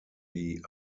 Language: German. die